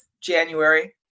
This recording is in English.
January